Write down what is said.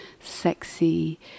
sexy